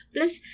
Plus